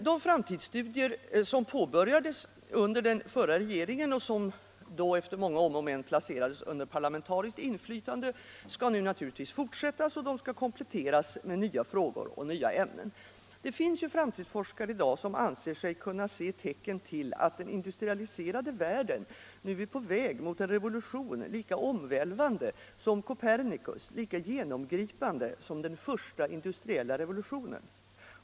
De framtidsstudier som påbörjades under den förra'regeringen och som efter många om och men placerades under parlamentariskt inflytande måste nu fortsättas och kompletteras med nya frågor och nya ämnen. Det finns ju framtidsforskare som i dag anser sig kunna se tecken till att den industrialiserade världen är på väg mot en revolution lika omvälvande som Kopernikus', lika genomgripande som den första industriella revolutionen.